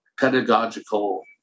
pedagogical